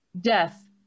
death